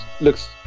looks